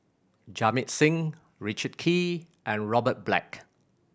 Jamit Singh Richard Kee and Robert Black